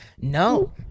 no